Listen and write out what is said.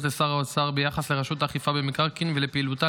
לשר האוצר ביחס לרשות לאכיפה במקרקעין ולפעילותה